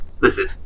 Listen